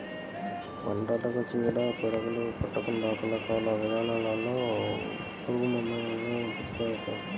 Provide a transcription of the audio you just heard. పంటలకు చీడ పీడలు పట్టకుండా రకరకాల విధానాల్లో పురుగుమందులను పిచికారీ చేస్తారు